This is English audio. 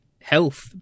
health